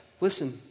listen